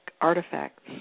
artifacts